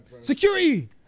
Security